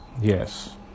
Yes